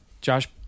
Josh